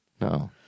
No